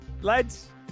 lads